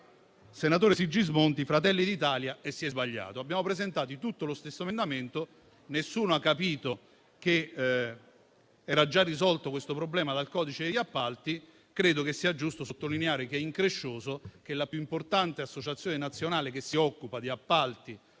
senatore Sigismondi di Fratelli d'Italia e si è sbagliato. Abbiamo presentato tutti lo stesso emendamento, ma nessuno ha capito che questo problema era già risolto dal codice degli appalti. Considero giusto sottolineare che è increscioso che la più importante associazione nazionale che si occupa di appalti